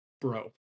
bro